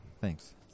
Thanks